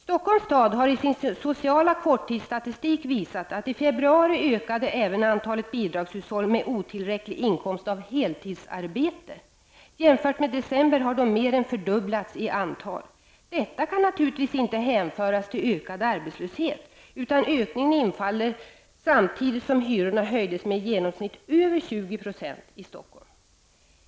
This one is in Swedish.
Stockholms stad har i sin sociala korttidsstatistik visat att i februari ökade även antalet bidragshushåll med otillräcklig inkomst av heltidsarbete. Jämfört med december i fjol har de mer än fördubblats i antal. Detta kan naturligtvis inte hänföras till ökad arbetslöshet, utan ökningen inföll samtidigt som hyrorna höjdes med i genomsnitt över 20 % i Stockholm.